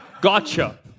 Gotcha